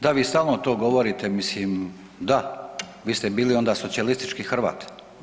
Da, vi stalno to govorite, mislim da, vi ste bili onda socijalistički Hrvat.